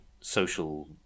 social